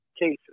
cases